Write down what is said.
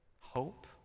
Hope